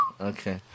Okay